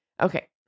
Okay